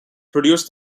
produced